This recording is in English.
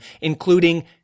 including